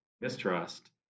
mistrust